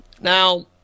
Now